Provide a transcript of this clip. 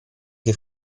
che